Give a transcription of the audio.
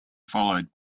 followed